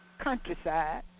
Countryside